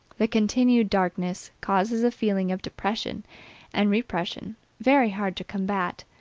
the continued darkness causes a feeling of depression and repression, very hard to combat,